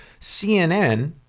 cnn